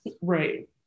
Right